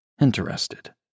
interested